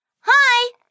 Hi